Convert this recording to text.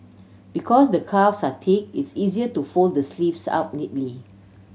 because the cuffs are thick it's easier to fold the sleeves up neatly